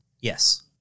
Yes